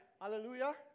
Hallelujah